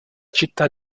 città